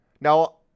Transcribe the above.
Now